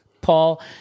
Paul